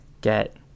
get